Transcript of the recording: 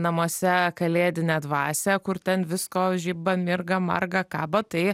namuose kalėdinę dvasią kur ten visko žiba mirga marga kabo tai